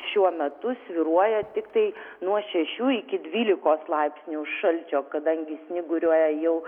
šiuo metu svyruoja tiktai nuo šešių iki dvylikos laipsnių šalčio kadangi snyguriuoja jau